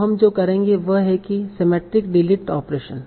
तो हम जो करेंगे वह है सिमेट्रिक डिलीट ऑपरेशन